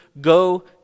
Go